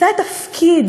זה התפקיד